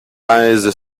pèse